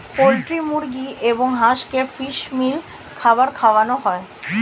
poultry মুরগি এবং হাঁসকে ফিশ মিল খাবার খাওয়ানো হয়